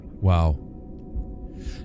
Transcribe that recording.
Wow